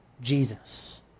Jesus